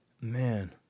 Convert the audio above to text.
Man